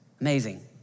Amazing